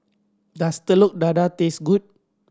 does Telur Dadah taste good